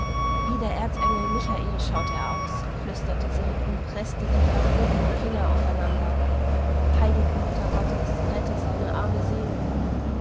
wie der erzengel michael schaut er aus flüsterte sie und preßte die verfrorenen finger aufeinander heilige mutter gottes rette seine arme seele